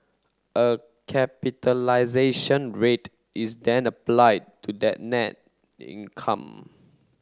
a capitalisation rate is then applied to that net income